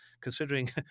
considering